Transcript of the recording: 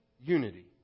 unity